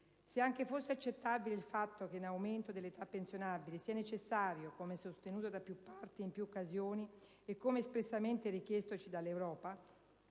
Se anche fosse accettabile il fatto che un aumento dell'età pensionabile sia necessario, come sostenuto da più parti e in più occasioni e come espressamente richiestoci dall'Europa,